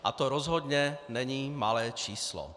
A to rozhodně není malé číslo.